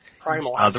primal